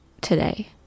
today